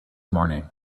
morning